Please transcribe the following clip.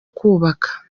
kubaka